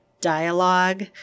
dialogue